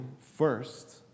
first